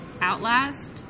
Outlast